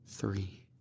Three